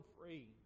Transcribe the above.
free